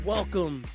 Welcome